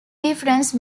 difference